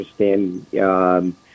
understand